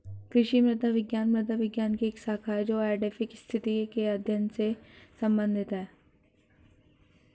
कृषि मृदा विज्ञान मृदा विज्ञान की एक शाखा है जो एडैफिक स्थिति के अध्ययन से संबंधित है